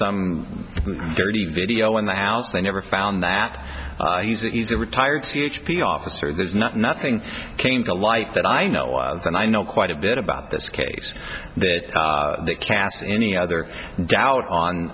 some dirty video in the house they never found that he's a retired c h p officer there's not nothing came to light that i know of and i know quite a bit about this case that it casts any other doubt on